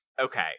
Okay